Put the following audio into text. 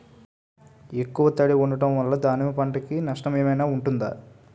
ఎక్కువ తడి ఉండడం వల్ల దానిమ్మ పంట కి నష్టం ఏమైనా ఉంటుందా?